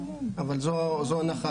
אבל זו הנחה.